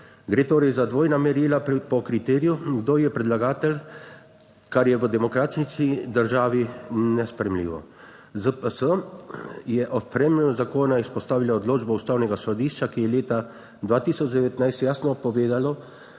Gre torej za dvojna merila, po kriteriju, kdo je predlagatelj, kar je v demokratični državi nesprejemljivo. ZPS je ob spremembi zakona izpostavila odločbo Ustavnega sodišča, ki je leta 2019 jasno povedalo,